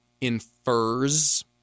infers